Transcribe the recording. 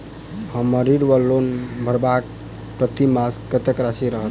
हम्मर ऋण वा लोन भरबाक प्रतिमास कत्तेक राशि रहत?